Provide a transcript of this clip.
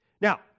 Now